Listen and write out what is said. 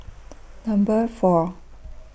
Number four